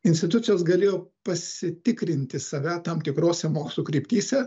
institucijos galėjo pasitikrinti save tam tikrose mokslų kryptyse